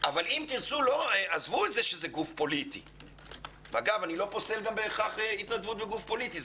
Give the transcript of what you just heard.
ואני לא בהכרח פוסל התנדבות בגוף פוליטי,